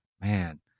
man